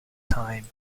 time